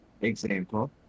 example